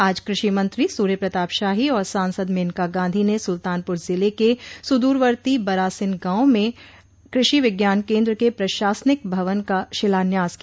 आज कृषि मंत्री सूर्यप्रताप शाही और सांसद मेनका गांधी ने सुल्तानपुर जिले के सुदूरवर्ती बरासिन गांव में कृषि विज्ञान केन्द्र के प्रशासनिक भवन का शिलान्यास किया